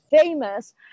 famous